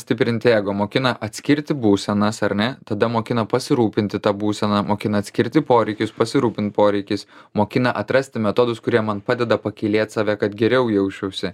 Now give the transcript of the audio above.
stiprinti ego mokina atskirti būsenas ar ne tada mokina pasirūpinti ta būsena mokina atskirti poreikius pasirūpint poreikis mokina atrasti metodus kurie man padeda pakylėt save kad geriau jausčiausi